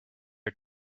are